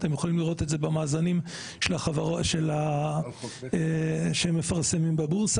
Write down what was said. אתם יכולים לראות את זה במאזנים של שהם מפרסמים בבורסה,